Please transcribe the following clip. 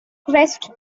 crest